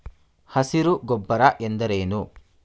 ಹಸಿರು ಗೊಬ್ಬರ ಎಂದರೇನು?